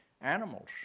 animals